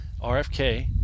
rfk